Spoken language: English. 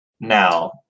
Now